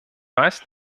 weiß